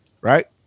right